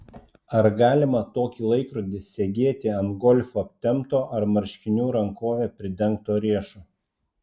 ar galima tokį laikrodį segėti ant golfu aptemto ar marškinių rankove pridengto riešo